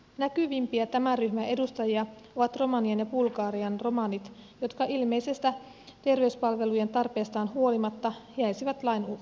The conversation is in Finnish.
näkyvimpiä tämän ryhmän edustajia ovat romanian ja bulgarian romanit jotka ilmeisestä terveyspalvelujen tarpeestaan huolimatta jäisivät lain ulkopuolelle